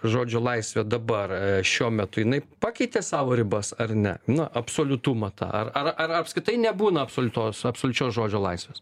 žodžio laisvė dabar šiuo metu jinai pakeitė savo ribas ar ne na absoliutmą tą ar ar ar apskritai nebūna absoliutos absoliučios žodžio laisvės